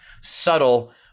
subtle